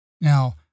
Now